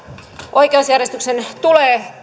oikeusjärjestyksen tulee